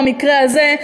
במקרה הזה,